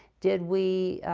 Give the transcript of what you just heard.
did we